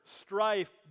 strife